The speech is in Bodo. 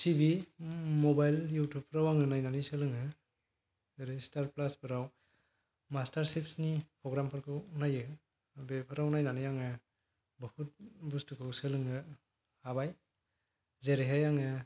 टिभि मबाइल इउटुब फ्राव नायनानै सोलोङो स्टार प्लास फोराव मास्टार चेफ नि प्रग्राम फोरखौ नायो बेफोराव नायनानै आङो गोबां बसथुखौ आङो सोलोंनो हाबाय जेरैहाय आङो